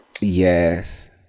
Yes